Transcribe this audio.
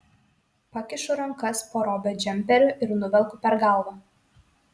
pakišu rankas po robio džemperiu ir nuvelku per galvą